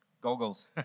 goggles